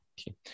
okay